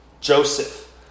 Joseph